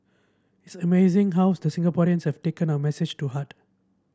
it's amazing how the Singaporeans have taken our message to heart